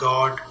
God